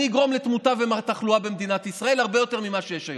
אני אגרום לתמותה ולתחלואה במדינת ישראל הרבה יותר ממה שיש היום.